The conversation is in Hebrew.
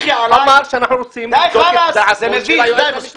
זה נכון